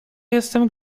jestem